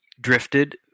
drifted